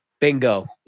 Bingo